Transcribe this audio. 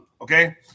okay